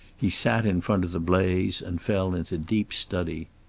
he sat in front of the blaze and fell into deep study.